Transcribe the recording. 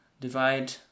divide